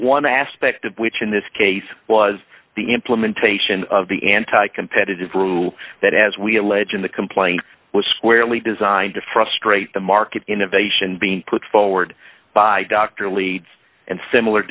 one aspect of which in this case was the implementation of the anti competitive through that as we allege in the complaint was squarely designed to frustrate the market innovation being put forward by dr leeds and similar